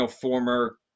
former